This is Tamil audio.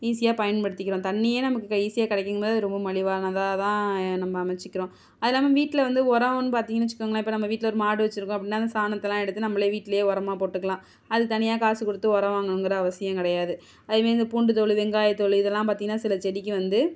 ஈஸியாக பயன்படுத்திக்கிறோம் தண்ணியே நமக்கு ஈஸியாக கிடைக்கும் போது அது ரொம்ப மலிவானதாக தான் நம்ம அமைச்சுக்கிறோம் அது இல்லாமல் வீட்டில் வந்து உரமெனு பார்த்தீங்கன்னு வச்சுக்கோங்களேன் இப்போ நம்ம வீட்டில் ஒரு மாடு வச்சுருக்கோம் அப்படின்னா அந்த சாணத்தெலாம் எடுத்து நம்மளே வீட்டிலையே உரமாக போட்டுக்கலாம் அது தனியாக காசு கொடுத்து உரம் வாங்கணுங்கிற அவசியம் கிடையாது அதே மாரி இந்த பூண்டு தோல் வெங்காயத் தோல் இதெல்லாம் பார்த்தீங்கனா சில செடிக்கு வந்து